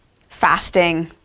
fasting